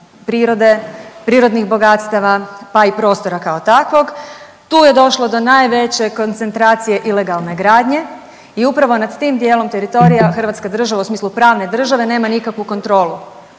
prirode, prirodnih bogatstava, pa i prostora kao takvog, tu je došlo do najveće koncentracije ilegalne gradnje i upravo nad tim dijelom teritorija hrvatska država u smislu pravne države nema nikakvu kontrolu,